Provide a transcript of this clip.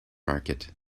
market